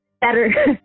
Better